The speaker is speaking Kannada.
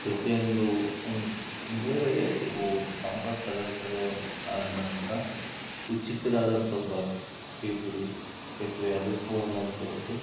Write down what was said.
ಪ್ರತಿಯೊಂದು ಒಂದು ಅಂದರೆ ಇವು ಸಾಂಬಾರು ಪದಾರ್ಥಗಳು ಆದ ನಂತರ ಇದು ಚಿಕ್ಕದಾದಂತ ಬಾಕ್ಸ್ ಟೀ ಪುಡಿ ಸಕ್ಕರೆ ಅದಕ್ಕೂ ಒಂದೊಂದು ಒಂದು